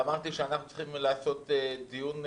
ואמרתי שאנחנו צריכים לעשות דיון,